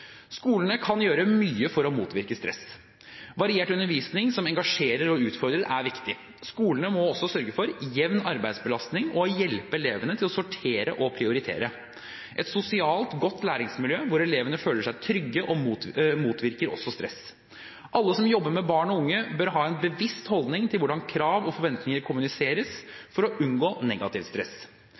Skolene kan gjøre mye for å motvirke stress. Variert undervisning som engasjerer og utfordrer, er viktig. Skolene må også sørge for jevn arbeidsbelastning og hjelpe elevene til å sortere og prioritere. Et sosialt godt læringsmiljø, hvor elevene føler seg trygge, motvirker også stress. Alle som jobber med barn og unge, bør ha en bevisst holdning til hvordan krav og forventninger kommuniseres for å unngå negativt stress.